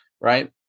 right